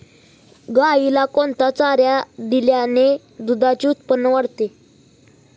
गाईला कोणता चारा दिल्याने दुधाचे उत्पन्न वाढते?